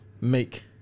make